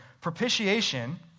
Propitiation